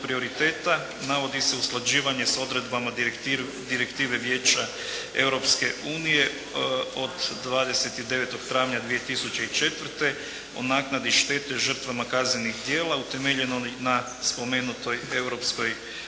prioriteta navodi se usklađivanje sa odredbama Direktive Vijeća Europske unije od 29. travnja 2004. o naknadi štete žrtvama kaznenih dijela, utemeljenih na spomenutoj